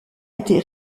été